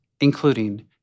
including